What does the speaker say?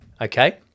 Okay